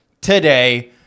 today